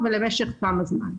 ולמשך כמה זמן נכנסתי.